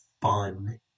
fun